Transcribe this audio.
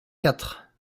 quatre